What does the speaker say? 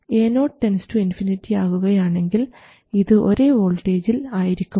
Ao ∞ ആകുകയാണെങ്കിൽ ഇത് ഒരേ വോൾട്ടേജിൽ ആയിരിക്കും